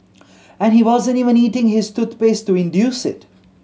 and he wasn't even eating his toothpaste to induce it